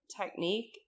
technique